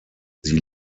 sie